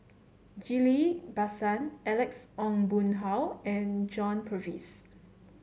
Ghillie Basan Alex Ong Boon Hau and John Purvis